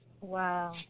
Wow